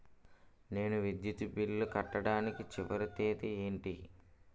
నేను విద్యుత్ బిల్లు కట్టడానికి చివరి తేదీ ఏంటి?